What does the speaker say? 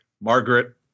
Margaret